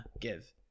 give